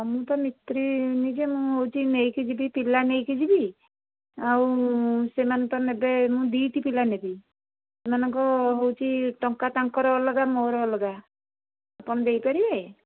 ମୁଁ ତ ମିସ୍ତ୍ରୀ ନିଜେ ମୁଁ ହେଉଛି ନେଇକି ଯିବି ପିଲା ନେଇକି ଯିବି ଆଉ ସେମାନେ ତ ନେବେ ମୁଁ ଦୁଇଟି ପିଲା ନେବି ଏମାନଙ୍କୁ ହେଉଛି ଟଙ୍କା ତାଙ୍କର ଅଲଗା ମୋର ଅଲଗା ଆପଣ ଦେଇପାରିବେ